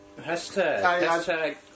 Hashtag